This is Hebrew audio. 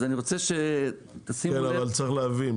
אז אני רוצה שתשימו לב --- אבל צריך להבין,